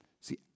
See